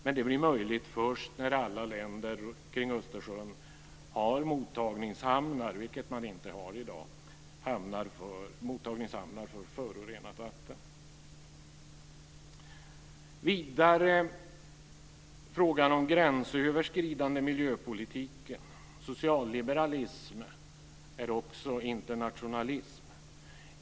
Detta blir möjligt först när alla länder kring Östersjön har mottagningshamnar för förorenat vatten, vilket de inte har i dag. Jag går vidare till frågan om gränsöverskridande miljöpolitik. Socialliberalism är också internationalism.